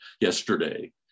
yesterday